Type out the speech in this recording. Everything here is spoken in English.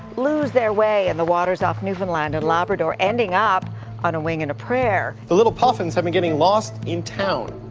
lose their way in and the waters off newfoundland and labrador ending up on a wing in a prayer. the little puffins have been getting lost in town.